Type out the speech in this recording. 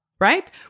right